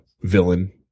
villain